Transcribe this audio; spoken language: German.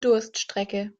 durststrecke